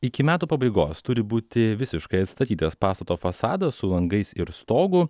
iki metų pabaigos turi būti visiškai atstatytas pastato fasadas su langais ir stogu